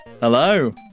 hello